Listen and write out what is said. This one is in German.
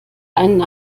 einen